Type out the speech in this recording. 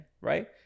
right